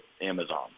Amazon